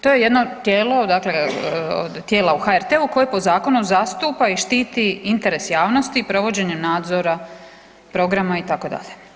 To je jedno tijelo dakle od tijela u HRT-u koje po zakonu zastupa i štiti interes javnosti i provođenje nadzora programa itd.